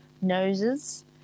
noses